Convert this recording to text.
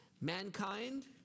Mankind